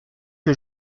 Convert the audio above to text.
que